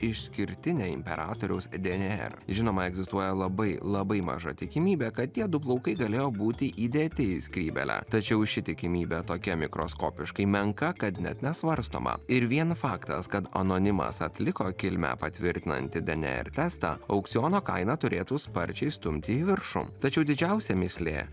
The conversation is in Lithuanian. išskirtinę imperatoriaus dnr žinoma egzistuoja labai labai maža tikimybė kad tie du plaukai galėjo būti įdėti į skrybėlę tačiau ši tikimybė tokia mikroskopiškai menka kad net nesvarstoma ir vien faktas kad anonimas atliko kilmę patvirtinantį dnr testą aukciono kaina turėtų sparčiai stumti į viršų tačiau didžiausia mįslė